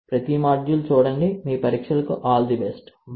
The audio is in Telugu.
ప్రతి మాడ్యూల్ చూడండి మీ పరీక్షలకు ఆల్ ది బెస్ట్ బై